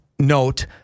Note